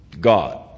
God